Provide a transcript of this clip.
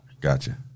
Gotcha